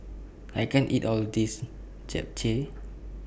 I can't eat All of This Japchae